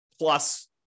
plus